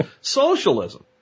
socialism